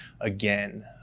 again